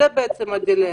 זו הדילמה.